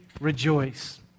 rejoice